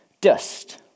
dust